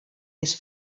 més